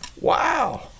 wow